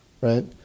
right